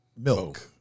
milk